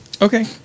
Okay